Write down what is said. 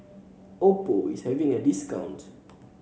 Oppo is having a discount